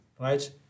right